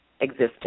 existing